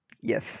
Yes